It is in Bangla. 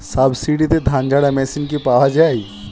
সাবসিডিতে ধানঝাড়া মেশিন কি পাওয়া য়ায়?